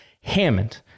Hammond